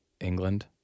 England